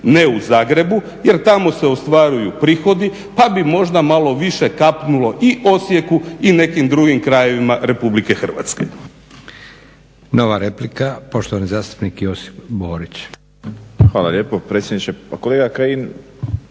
ne u Zagrebu jer tamo se ostvaruju prihodi pa bi možda malo više kapnulo i Osijeku i nekim drugim krajevima RH.